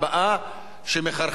שמחרחרים